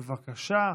בבקשה.